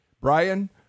Brian